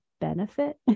benefit